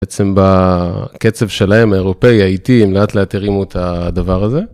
בעצם בקצב שלהם האירופאי האיטי, הם לאט לאט הרימו את הדבר הזה.